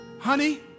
honey